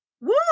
Woo